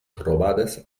trobades